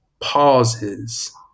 pauses